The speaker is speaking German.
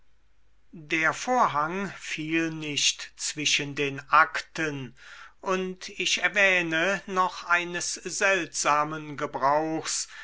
der vorhang fiel nicht zwischen den akten und ich erwähne noch eines seltsamen gebrauchs